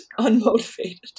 unmotivated